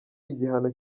igihano